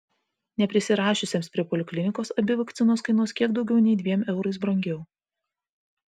neprisirašiusiesiems prie poliklinikos abi vakcinos kainuos kiek daugiau nei dviem eurais brangiau